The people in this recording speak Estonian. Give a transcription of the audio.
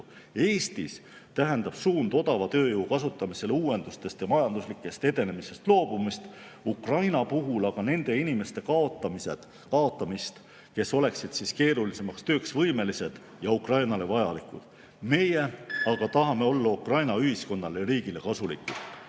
Eestis tähendab suund odava tööjõu kasutamisele uuendustest ja majanduslikust edenemisest loobumist, Ukraina puhul aga nende inimeste kaotamist, kes oleksid keerulisemaks tööks võimelised ja Ukrainale vajalikud. Meie aga tahame olla Ukraina ühiskonnale ja riigile kasulikud.